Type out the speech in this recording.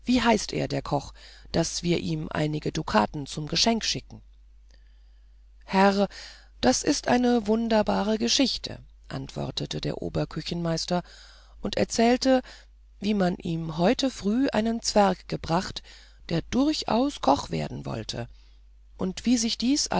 wie er heißt der koch daß wir ihm einige dukaten zum geschenk schicken herr das ist eine wunderbare geschichte antwortete der oberküchenmeister und erzählte wie man ihm heute frühe einen zwerg gebracht der durchaus koch werden wollte und wie sich dies